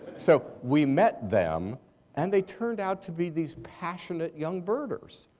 so we met them and they turned out to be these passionate young birders.